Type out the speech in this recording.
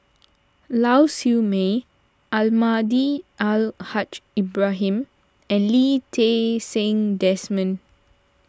Lau Siew Mei Almahdi Al Haj Ibrahim and Lee Ti Seng Desmond